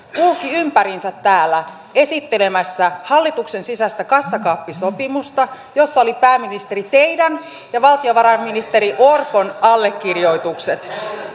ympäriinsä täällä esittelemässä hallituksen sisäistä kassakaappisopimusta jossa oli pääministeri teidän ja valtiovarainministeri orpon allekirjoitukset